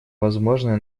возможное